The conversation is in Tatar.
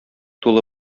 тулы